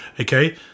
okay